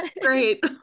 Great